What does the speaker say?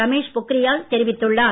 ரமேஷ் பொக்ரியால் தெரிவித்துள்ளார்